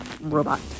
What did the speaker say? robot